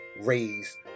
raise